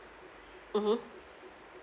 mmhmm